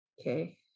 Okay